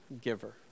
giver